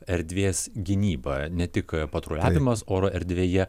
erdvės gynyba ne tik patruliavimas oro erdvėje